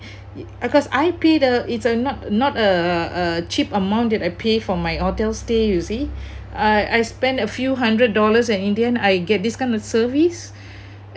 because I pay the it's uh not not uh uh cheap amount that I pay for my hotel stay you see I I spend a few hundred dollars and in the end I get this kind of service